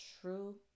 true